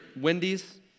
Wendy's